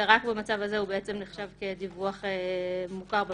ורק במצב הזה הוא נחשב כדיווח מוכר במערכת.